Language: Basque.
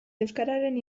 euskararen